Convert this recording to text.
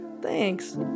thanks